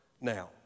now